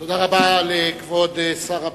תודה רבה לכבוד שר הבריאות,